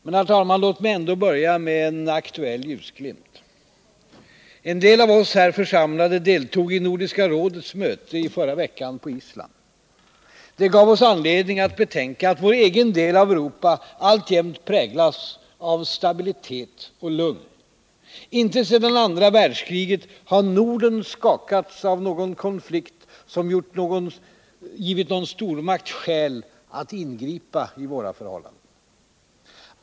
Men, herr talman, låt mig ändå börja med en aktuell ljusglimt i den europeiska säkerhetspolitikens mörker. En del av oss här församlade deltog i Nordiska rådets möte i förra veckan på Island. Det gav oss anledning att betänka att vår egen del av Europa alltjämt präglas av stabilitet och lugn. Inte sedan andra världskriget har Norden skakats av någon konflikt som givit någon stormakt skäl att ingripa i våra förhållanden.